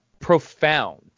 profound